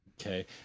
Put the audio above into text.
okay